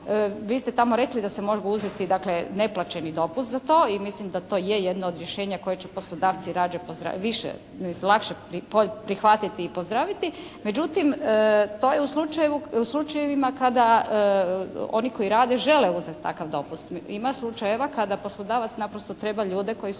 Vi ste tamo rekli da se mogu uzeti dakle neplaćeni dopust za to i mislim da to je jedno od rješenja koje će poslodavci lakše prihvatiti i pozdraviti, međutim to je u slučajevima kada oni koji rade žele uzeti takav dopust. Ima slučajeva kada poslodavac naprosto treba ljude koji su